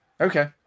Okay